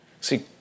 See